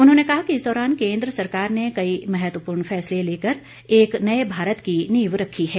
उन्होंने कहा कि इस दौरान केन्द्र सरकार ने कई महत्वपूर्ण फैसले लेकर एक नए भारत की नींव रखी है